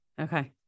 Okay